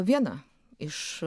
viena iš